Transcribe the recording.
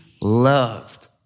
loved